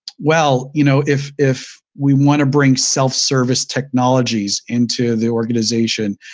well, you know if if we want to bring self-service technologies into the organization,